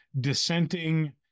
dissenting